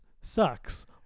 sucks